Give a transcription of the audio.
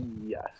Yes